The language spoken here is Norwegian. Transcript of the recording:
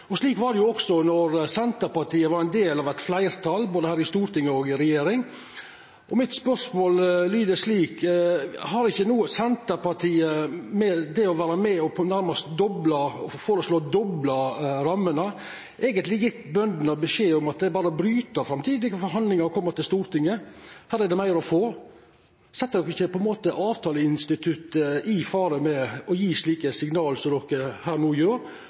einige. Slik var det også då Senterpartiet var ein del av eit fleirtal, både her i Stortinget og i regjering. Mitt spørsmål lyder slik: Har ikkje no Senterpartiet ved å vera med og nærmast føreslå å dobla rammene eigentleg gjeve bøndene beskjed om at det berre er å bryta framtidige forhandlingar og koma til Stortinget, for her er det meir å få. Set ein ikkje på ein måte avtaleinstituttet i fare med å gje slike signal som ein her